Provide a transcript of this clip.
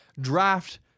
draft